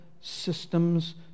systems